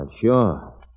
sure